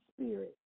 Spirit